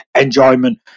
enjoyment